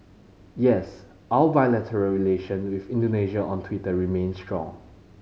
yes our bilateral relation with Indonesia on Twitter remains strong